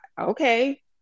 okay